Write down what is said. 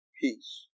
Peace